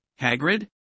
Hagrid